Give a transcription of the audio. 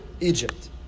Egypt